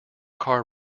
car